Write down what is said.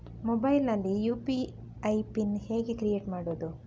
Mobile ನಲ್ಲಿ UPI PIN ಹೇಗೆ create ಮಾಡುವುದು?